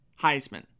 Heisman